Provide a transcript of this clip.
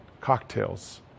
cocktails